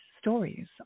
Stories